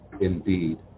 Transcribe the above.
indeed